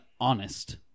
honest